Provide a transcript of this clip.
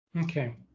Okay